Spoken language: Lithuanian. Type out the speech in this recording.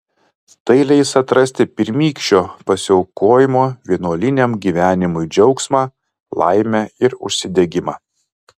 tai leis atrasti pirmykščio pasiaukojimo vienuoliniam gyvenimui džiaugsmą laimę ir užsidegimą